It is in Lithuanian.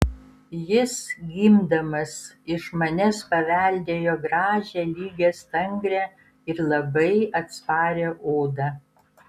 jis gimdamas iš manęs paveldėjo gražią lygią stangrią ir labai atsparią odą